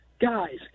Guys